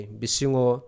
bisingo